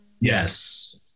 yes